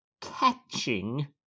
Catching